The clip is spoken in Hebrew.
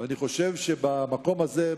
ואני חושב שבמקום הזה,